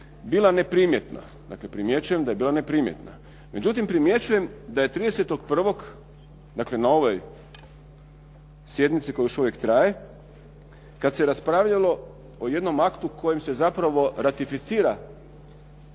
bila ne primjetna, dakle, primjećujem da je bila neprimjetna. Međutim, primjećujem da je 30. 1., dakle, na ovoj sjednici koja još uvijek traje, kada se raspravljalo o jednom aktu kojim se zapravo ratificira